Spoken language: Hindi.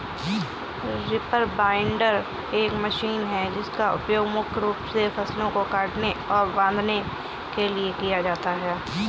रीपर बाइंडर एक मशीन है जिसका उपयोग मुख्य रूप से फसलों को काटने और बांधने के लिए किया जाता है